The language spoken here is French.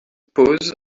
pause